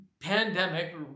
pandemic